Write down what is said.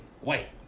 white